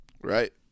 Right